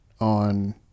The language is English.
on